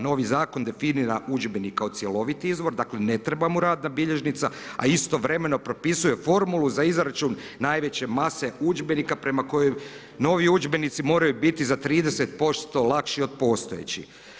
Novi zakon definira udžbenik kao cjeloviti izvor, dakle ne treba mu radna bilježnica a istovremeno propisuje formulu za izračun najveće mase udžbenika prema kojim novi udžbenici moraju biti za 30% lakši od postojećih.